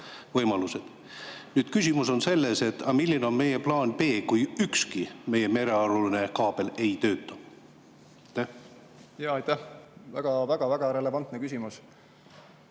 võimalused. Nüüd, küsimus on selles, milline on meie plaan B, kui ükski meie merealune kaabel ei tööta. Aitäh! Väga-väga relevantne küsimus.